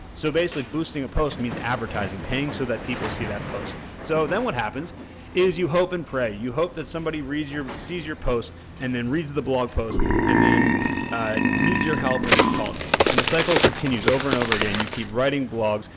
so, basically boosting a facebook post means advertising paying so that people see that post. so, then what happens is you hope and pray, you hope that somebody reads your, sees your post and then reads the blog post and then needs your help and then calls you and the cycle continues over and over again. you keep writing blogs,